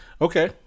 Okay